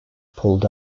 pulled